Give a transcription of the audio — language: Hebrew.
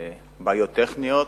בעיות טכניות,